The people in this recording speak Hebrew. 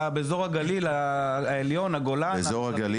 באזור הגליל העליון, הגולן אין בית חולים על.